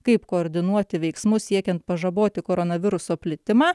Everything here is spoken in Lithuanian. kaip koordinuoti veiksmus siekiant pažaboti koronaviruso plitimą